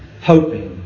hoping